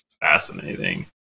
fascinating